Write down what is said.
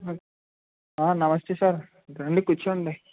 నమస్తే సార్ రండి కూర్చోండి